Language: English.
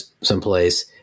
someplace